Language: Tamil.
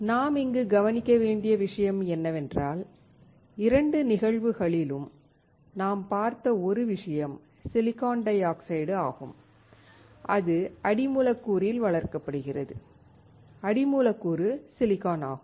நாம் இங்கு கவனிக்க வேண்டிய விஷயம் என்னவென்றால் இரண்டு நிகழ்வுகளிலும் நாம் பார்த்த ஒரு விஷயம் சிலிக்கான் டை ஆக்சைடு ஆகும் அது அடி மூலக்கூறில் வளர்க்கப்படுகிறது அடி மூலக்கூறு சிலிக்கான் ஆகும்